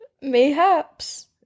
Mayhaps